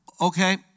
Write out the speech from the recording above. Okay